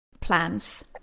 plans